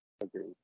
Agreed